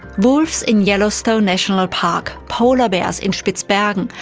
wolves in yellowstone national park, polar bears in spitzbergen,